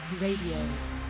Radio